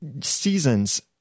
Seasons